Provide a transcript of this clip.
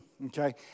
Okay